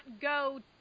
go